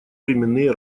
временные